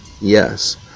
Yes